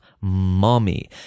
Mommy